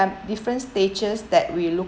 different stages that we look